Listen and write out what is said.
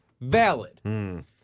valid